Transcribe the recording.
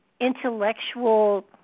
intellectual